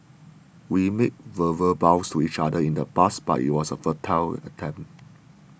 we made verbal vows to each other in the past but it was a futile attempt